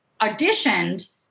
auditioned